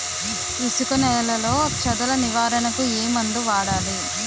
ఇసుక నేలలో చదల నివారణకు ఏ మందు వాడాలి?